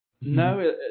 No